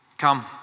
Come